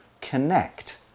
connect